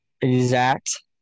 exact